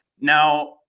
now